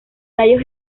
tallos